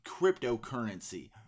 cryptocurrency